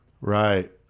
Right